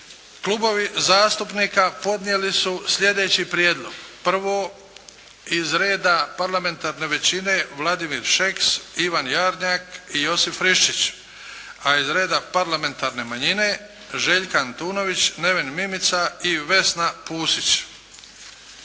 Klubovi zastupnika podnijeli su sljedeći prijedlog. Prvo iz reda parlamentarne većine Vladimir Šeks, Ivan Jarnjak i Josip Friščić, a iz reda parlamentarne manjine Željka Antunović, Neven Mimica i Vesna Pusić.